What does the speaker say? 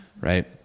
right